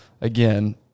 again